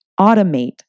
automate